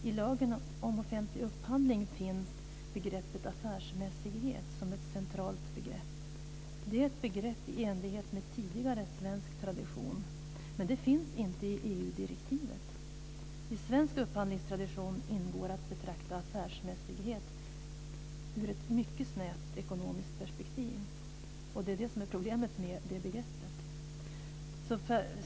I lagen om offentlig upphandling finns begreppet affärsmässighet som ett centralt begrepp. Det är ett begrepp i enlighet med tidigare svensk tradition, men det finns inte i EU-direktivet. I svensk upphandlingstradition ingår det att man betraktar affärsmässighet ur ett mycket snävt ekonomiskt perspektiv, och det är det som är problemet med det begreppet.